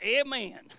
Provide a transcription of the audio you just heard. Amen